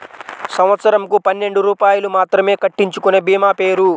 సంవత్సరంకు పన్నెండు రూపాయలు మాత్రమే కట్టించుకొనే భీమా పేరు?